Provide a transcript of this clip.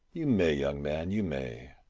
you may, young man, you may.